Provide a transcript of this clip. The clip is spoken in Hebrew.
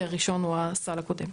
כי הראשון הוא הסל הקודם.